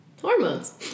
hormones